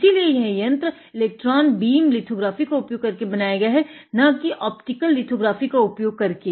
इसीलिए यह यंत्र इलेक्ट्रान बीम लिथोग्राफी का उपयोग करके बनाया गया है न की ओप्टिकल लिथोग्राफी का उपयोग करके